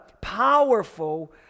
powerful